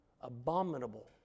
abominable